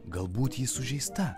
galbūt ji sužeista